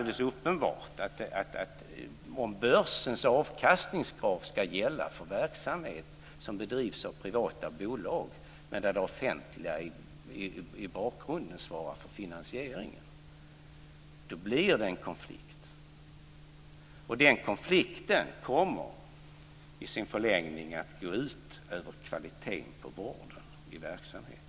Det är uppenbart att det blir en konflikt om börsens avkastningskrav ska gälla för verksamhet som bedrivs av privata bolag men där det offentliga i bakgrunden svarar för finansieringen. Och den konflikten kommer i sin förlängning att gå ut över kvaliteten på vården i verksamheten.